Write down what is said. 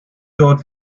dort